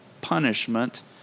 punishment